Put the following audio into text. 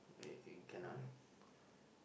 uh can lah